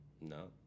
No